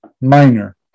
minor